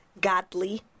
godly